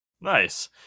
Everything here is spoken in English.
Nice